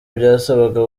byasabaga